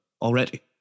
already